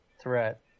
threat